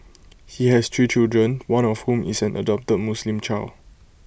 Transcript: he has three children one of whom is an adopted Muslim child